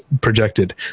projected